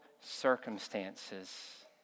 circumstances